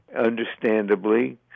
understandably